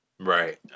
Right